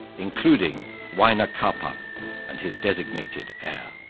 including huayna capac and his designated heir.